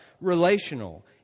relational